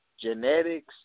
genetics